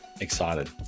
Excited